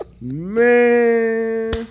man